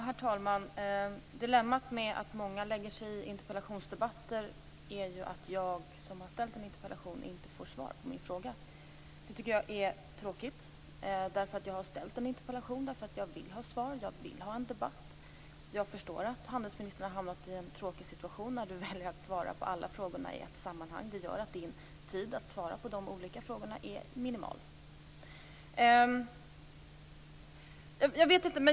Herr talman! Dilemmat med att många lägger sig i interpellationsdebatter är att jag som har väckt interpellationen inte får svar på min fråga. Det tycker jag är tråkigt. Jag har väckt en interpellation därför att jag vill ha svar. Jag vill ha en debatt. Jag förstår att handelsministern har hamnat i en tråkig situation när han valt att svara på alla frågorna i ett sammanhang. Det gör att hans tid att svara på de olika frågorna är minimal.